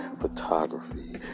photography